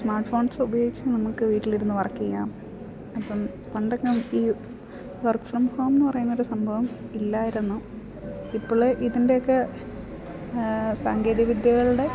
smart phones ഉപയോഗിച്ച് നമുക്ക് വീട്ടിലിരുന്ന് വർക്ക് ചെയ്യാം അപ്പം പണ്ടൊക്കെ ഈ വർക്ക് ഫ്രം ഹോംന്ന് പറയുന്ന ഒരു സംഭവം ഇല്ലായിരുന്നു ഇപ്പോൾ ഇതിൻ്റെക്കെ സാങ്കേതിക വിദ്യകളുടെ